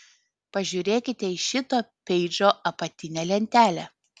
pažiūrėkite į šito peidžo apatinę lentelę